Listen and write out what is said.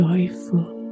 Joyful